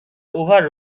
over